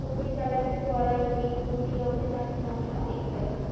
অতি চালাকের গলায় দড়ি অতি লোভে তাঁতি নষ্ট ইত্যাদি